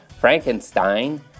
Frankenstein